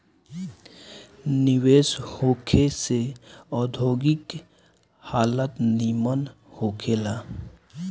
निवेश होखे से औद्योगिक हालत निमन होखे ला